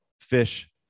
fish